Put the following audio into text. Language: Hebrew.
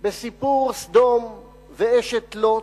בסיפור סדום ואשת לוט,